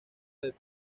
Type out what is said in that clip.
del